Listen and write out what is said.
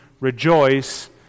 Rejoice